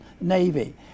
Navy